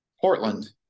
Portland